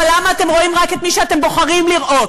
אבל למה אתם רואים רק את מי שאתם בוחרים לראות?